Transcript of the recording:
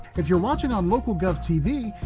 if you're watching on local gov tv,